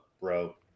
bro